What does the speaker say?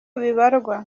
bibarwa